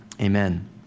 Amen